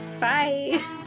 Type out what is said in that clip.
bye